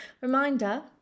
reminder